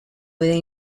with